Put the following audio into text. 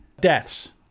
deaths